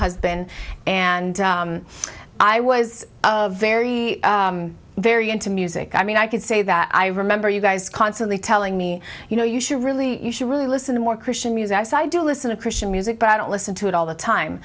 husband and i was a very very into music i mean i could say that i remember you guys constantly telling me you know you should really you should really listen to more christian music so i do listen to christian music but i don't listen to it all the time